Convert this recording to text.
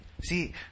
See